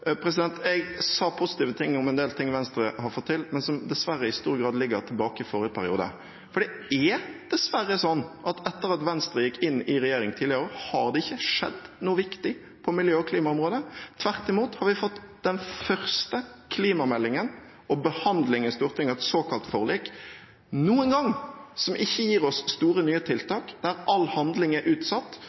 som dessverre i stor grad ligger tilbake ifra forrige periode. Det er dessverre slik at etter at Venstre gikk inn i regjering tidligere i år, har det ikke skjedd noe viktig på miljø- og klimaområdet. Tvert imot har vi fått den første klimameldingen og behandling i Stortinget – av et såkalt forlik – noen gang som ikke gir oss store, nye tiltak, der all handling er utsatt,